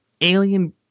alien